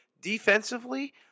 Defensively